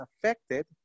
affected